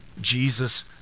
Jesus